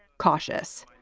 cautious.